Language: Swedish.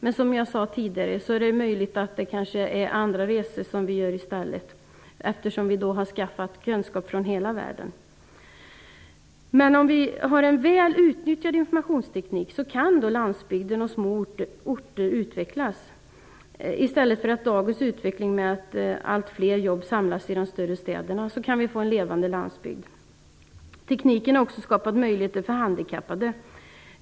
Men som jag sade tidigare blir det kanske så att vi gör andra resor i stället, eftersom vi då har skaffat kunskap från hela världen. Om vi har en väl utnyttjad informationsteknik kan landsbygden och små orter utvecklas. I stället för dagens utveckling där alltfler jobb samlas i de större städerna kan vi få en levande landsbygd. Tekniken har också skapat möjligheter för handikappade.